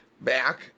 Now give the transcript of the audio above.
back